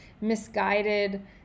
misguided